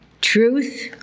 Truth